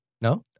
no